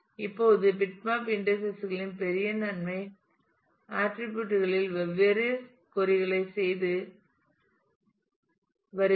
இப்போது bitmap indices களின் பெரிய நன்மை பல அட்ரிபியூட் களில் வெவ்வேறு கொறி களைச் செய்து வருகிறது